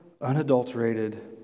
unadulterated